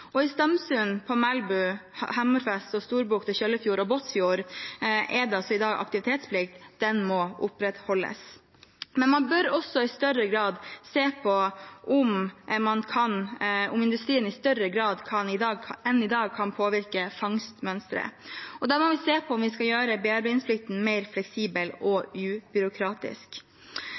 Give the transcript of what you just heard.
hensikten. I Stamsund, Melbu, Hammerfest, Storbukt, Kjøllefjord og Båtsfjord er det i dag aktivitetsplikt. Den må opprettholdes. Men man bør også i større grad se på om industrien i større grad enn i dag kan påvirke fangstmønsteret. Da må vi se på om vi skal gjøre bearbeidingsplikten mer fleksibel og ubyråkratisk.